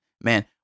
Man